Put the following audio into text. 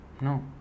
No